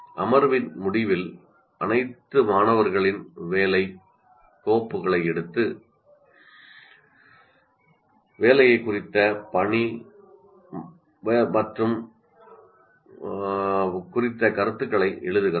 அமர்வின் முடிவில் அனைத்து மாணவர்களின் வேலை கோப்புகளை எடுத்து வேலையைக் குறித்தது மற்றும் பணி குறித்த கருத்துகளை எழுதுகிறது